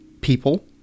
people